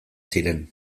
ziren